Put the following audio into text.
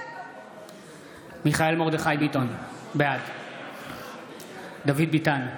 נגד מיכאל מרדכי ביטון, בעד דוד ביטן,